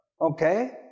okay